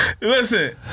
Listen